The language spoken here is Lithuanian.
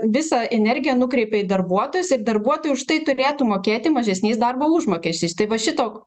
visą energiją nukreipia į darbuotojus ir darbuotojai už tai turėtų mokėti mažesniais darbo užmokesčiais tai va šito